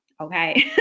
Okay